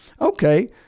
okay